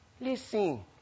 Listen